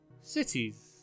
...cities